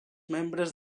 membres